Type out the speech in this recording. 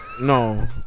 no